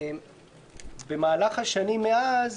במהלך השנים מאז,